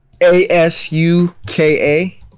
a-s-u-k-a